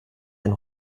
ein